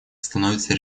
становится